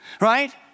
Right